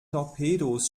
torpedos